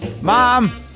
Mom